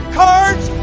cards